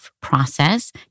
process